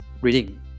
reading